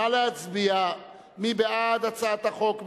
נא להצביע, מי בעד הצעת החוק?